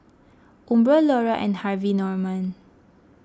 Umbro Iora and Harvey Norman